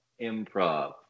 improv